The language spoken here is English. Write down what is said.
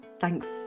Thanks